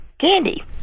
candy